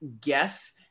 guess